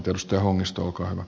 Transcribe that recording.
herra puhemies